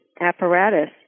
apparatus